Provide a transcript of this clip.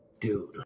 Dude